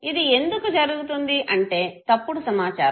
ఇది ఎందుకు జరుగుతుంది అంటే తప్పుడు సమాచారం